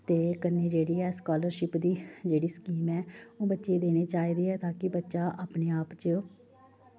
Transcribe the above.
ते कन्नै जेह्ड़ी ऐ स्कालरशिप दी जेह्ड़ी स्कीम ऐ ओह् बच्चे गी देनी चाहिदी ऐ ताकि बच्चा अपने आप च